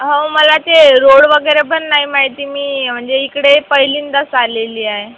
हो मला ते रोड वगैरे पण नाही माहिती मी म्हणजे इकडे पहिल्यांदाच आलेली आहे